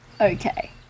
Okay